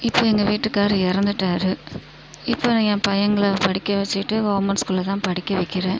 இப்போது எங்கள் வீட்டுக்கார் இறந்துட்டாரு இப்போது என் பையன்களை படிக்க வச்சுட்டு கவர்மெண்ட் ஸ்கூலில்தான் படிக்க வைக்கிறேன்